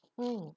mm